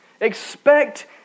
Expect